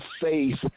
faith